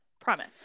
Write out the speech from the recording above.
promise